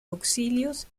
auxilios